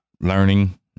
learning